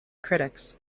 critics